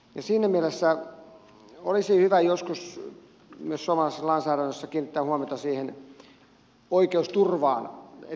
siinä mielessä olisi hyvä joskus myös suomalaisessa lainsäädännössä kiinnittää huomiota siihen oikeusturvaan siihen toteutuuko se loppujen lopuksi